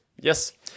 yes